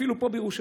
אפילו פה בירושלים,